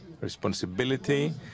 responsibility